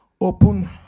open